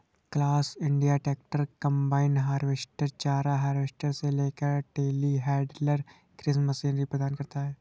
class India tractor, combine harvester, चारा harvester से लेकर टेलीहैंडलर कृषि मशीनरी प्रदान करता है